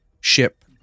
ship